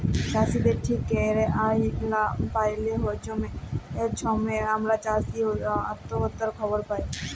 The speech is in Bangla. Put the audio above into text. চাষীদের ঠিক ক্যইরে আয় লা প্যাইলে ছময়ে ছময়ে আমরা চাষী অত্যহত্যার খবর পায়